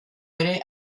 ere